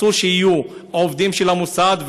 אסור שיהיו עובדים של המוסד,